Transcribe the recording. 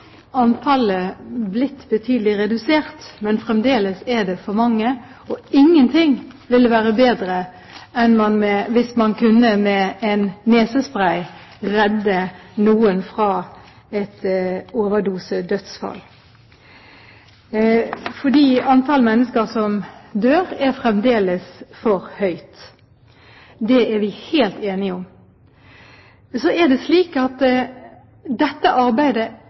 antallet blitt betydelig redusert, men fremdeles er det for mange. Ingenting ville vært bedre enn om man kunne redde noen fra et overdosedødsfall med en nesespray, fordi antallet mennesker som dør, fremdeles er for høyt. Det er vi helt enige om. Så er det slik at dette arbeidet